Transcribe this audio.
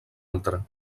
altra